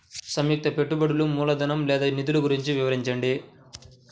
సంయుక్త పెట్టుబడులు మూలధనం లేదా నిధులు గురించి వివరించండి?